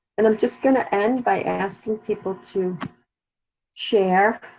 and i'm just gonna end by asking people to share